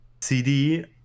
cd